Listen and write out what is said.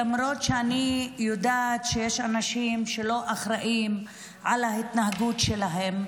למרות שאני יודעת שיש אנשים שלא אחראים להתנהגות שלהם,